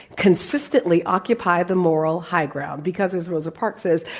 consistently occupy the moral high ground. because, as rosa parks says,